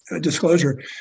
disclosure